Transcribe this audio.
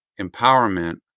empowerment